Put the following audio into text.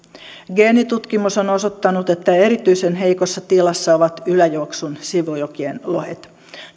geenitutkimus on osoittanut että erityisen heikossa tilassa ovat yläjuoksun sivujokien lohet